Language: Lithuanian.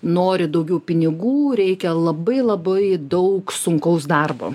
nori daugiau pinigų reikia labai labai daug sunkaus darbo